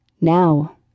Now